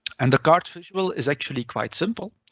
and the card visual is actually quite simple.